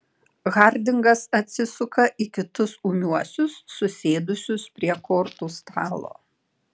hardingas atsisuka į kitus ūmiuosius susėdusius prie kortų stalo